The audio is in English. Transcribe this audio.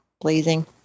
blazing